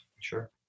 Sure